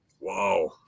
wow